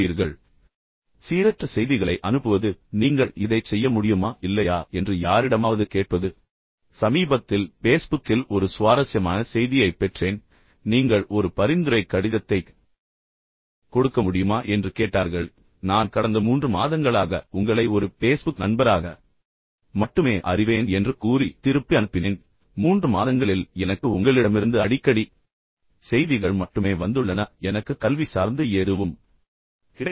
எனவே சீரற்ற செய்திகளை அனுப்புவது பின்னர் நீங்கள் இதைச் செய்ய முடியுமா இல்லையா என்று யாரிடமாவது கேட்பது சமீபத்தில் பேஸ்புக்கில் ஒரு சுவாரஸ்யமான செய்தியைப் பெற்றேன் நீங்கள் ஒரு பரிந்துரைக் கடிதத்தைக் கொடுக்க முடியுமா என்று கேட்டார்கள் நான் கடந்த மூன்று மாதங்களாக உங்களை ஒரு பேஸ்புக் நண்பராக மட்டுமே அறிவேன் என்று கூறி திருப்பி அனுப்பினேன் பின்னர் மூன்று மாதங்களில் எனக்கு உங்களிடமிருந்து அடிக்கடி செய்திகள் மட்டுமே வந்துள்ளன எனக்கு கல்வி சார்ந்து எதுவும் கிடைக்கவில்லை